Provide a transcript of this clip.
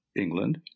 England